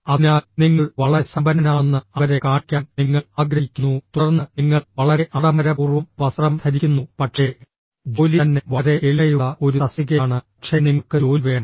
അതിനാൽ നിങ്ങൾ വളരെ സമ്പന്നനാണെന്ന് അവരെ കാണിക്കാൻ നിങ്ങൾ ആഗ്രഹിക്കുന്നു തുടർന്ന് നിങ്ങൾ വളരെ ആഡംബരപൂർവ്വം വസ്ത്രം ധരിക്കുന്നു പക്ഷേ ജോലി തന്നെ വളരെ എളിമയുള്ള ഒരു തസ്തികയാണ് പക്ഷേ നിങ്ങൾക്ക് ജോലി വേണം